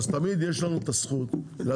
אז תמיד יש לנו את הזכות להגיש